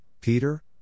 Peter